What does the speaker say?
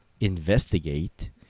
investigate